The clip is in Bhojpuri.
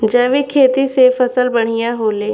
जैविक खेती से फसल बढ़िया होले